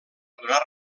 donar